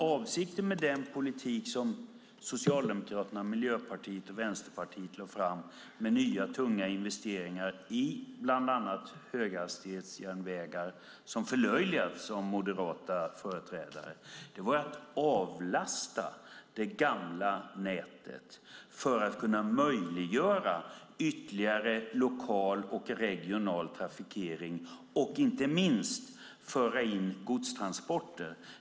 Avsikten med den politik som Socialdemokraterna, Miljöpartiet och Vänsterpartiet lade fram, med nya tunga investeringar i bland annat höghastighetsjärnvägar - som förlöjligats av moderata företrädare - var att avlasta det gamla nätet för att kunna möjliggöra ytterligare lokal och regional trafikering och inte minst föra in godstransporter.